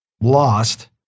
lost